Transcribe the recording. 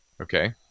Okay